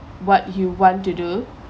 what you want to do